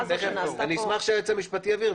אשמח שהיועץ המשפטי יבהיר,